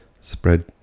spread